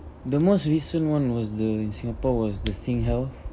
the most recent one was the in singapore was the singhealth